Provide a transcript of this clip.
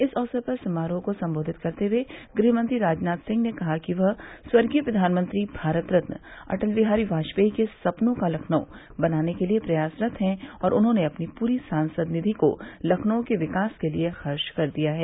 इस अवसर पर समारोह को संबोधित करते हुए गृहमंत्री राजनाथ सिंह ने कहा कि वह स्वर्गीय प्रधानमंत्री भारत रत्न अटल बिहारी वाजपेई के सपनों का लखनऊ बनाने के लिये प्रयासरत है और उन्होंने अपनी पूरी सांसद निधि को लखनऊ के विकास के लिये खर्च कर दिया है